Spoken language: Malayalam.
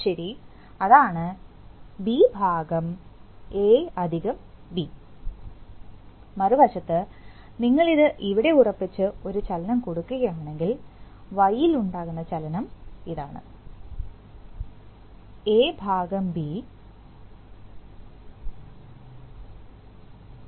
ശരി അതാണ് bab മറുവശത്ത് നിങ്ങൾ ഇത് ഇവിടെ ഉറപ്പിച്ച് ഒരു ചലനം കൊടുക്കുകയാണെങ്കിൽ Y ഇൽ ഉണ്ടാകുന്ന ചലനം ഇതാണ്